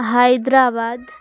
Hyderabad